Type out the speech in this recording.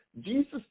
Jesus